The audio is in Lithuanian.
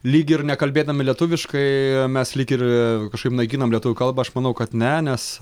lyg ir nekalbėdami lietuviškai mes lyg ir kažkaip naikinam lietuvių kalbą aš manau kad ne nes